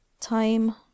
Time